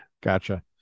gotcha